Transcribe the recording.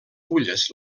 fulles